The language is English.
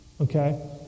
Okay